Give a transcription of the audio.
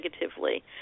negatively